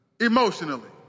emotionally